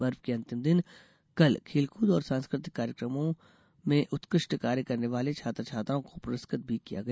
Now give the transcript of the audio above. पर्व के अंतिम दिन कल खेलकूद और सांस्कृतिक कार्यक्रमों उत्कृष्ट कार्य करने वाले छात्र छात्राओं को पुरस्कृत भी किया गया